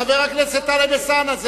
חבר הכנסת טלב אלסאנע,